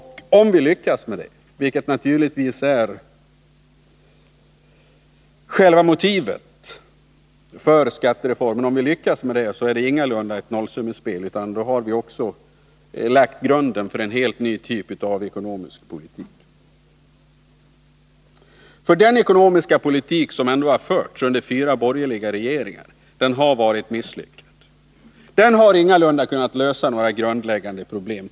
Om vi lyckas med det, vilket naturligtvis är själva motivet för skattereformen, så är det ingalunda ett nollsummespel. Då har vi också, som jag nyss nämnde, lagt grunden för en ny typ av ekonomisk politik. Den ekonomiska politik som har förts under fyra borgerliga regeringar har nämligen varit misslyckad. Den har inte kunnat lösa våra grundläggande problem.